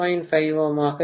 5 ῼ ஆகும்